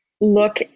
look